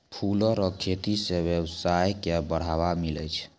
फूलो रो खेती से वेवसाय के बढ़ाबा मिलै छै